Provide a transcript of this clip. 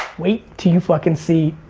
wait til you fuckin' see.